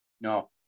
No